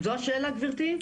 זו השאלה גברתי?